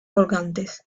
colgantes